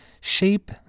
shape